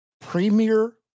premier